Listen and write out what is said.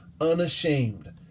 unashamed